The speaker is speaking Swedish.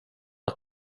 att